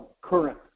current